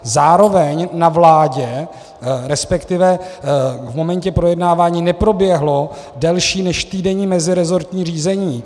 Zároveň na vládě, respektive v momentě projednávání neproběhlo delší než týdenní meziresortní řízení.